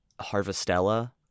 Harvestella